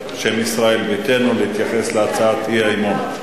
בשם ישראל ביתנו להתייחס להצעת האי-אמון.